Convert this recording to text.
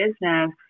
business